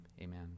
amen